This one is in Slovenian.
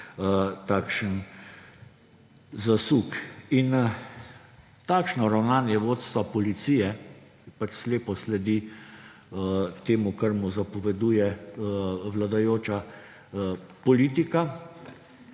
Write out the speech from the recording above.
takšen zasuk. Takšno ravnanje vodstva policije, ki pač slepo sledi temu, kar mu zapoveduje vladajoča politika,